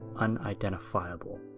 unidentifiable